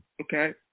okay